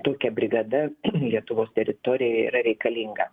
tokia brigada lietuvos teritorijoje yra reikalinga